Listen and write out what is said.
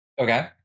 Okay